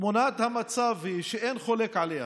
תמונת המצב, שאין חולק עליה,